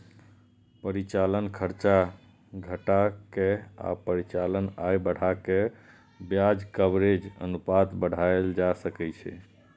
परिचालन खर्च घटा के आ परिचालन आय बढ़ा कें ब्याज कवरेज अनुपात बढ़ाएल जा सकै छै